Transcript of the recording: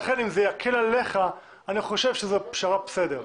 לכן, אם זה יקל עליך אני חושב שזו פשרה סבירה.